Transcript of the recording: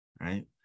right